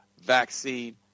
vaccine